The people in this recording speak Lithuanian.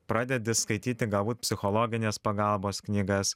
pradedi skaityti galbūt psichologinės pagalbos knygas